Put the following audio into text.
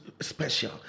special